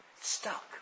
stuck